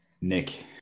Nick